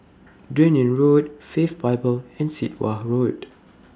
Dunearn Road Faith Bible and Sit Wah Ho Road